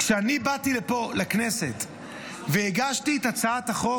כשבאתי לפה לכנסת והגשתי את הצעת החוק